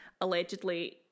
Allegedly